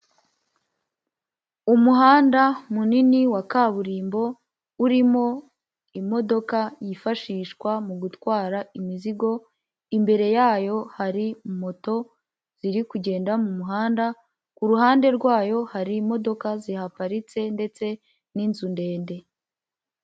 Umuhanda munini wa kaburimbo urimo imodoka yifashishwa mu gutwara imizigo, imbere yayo hari moto ziri kugenda mu muhanda, ku ruhande rwayo hari imodoka zihaparitse ndetse n'inzu ndende.